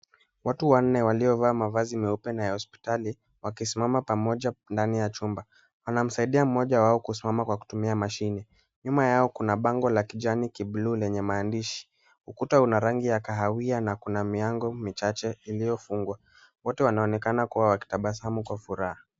Watu wanne waliovaa mavazi meupe na ya hospitali wakisimama pamoja ndani ya chumba. Wanamsaidia mmoja wao kusimama kwa kutumia mashine. Nyuma yao kuna bango la kijani ki blue lenye maandishi. Ukuta una rangi ya kahawia na kuna milango michache iliyofungwa. Wote wanaonekana kuwa wakitabasamu kwa furaha.